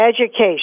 education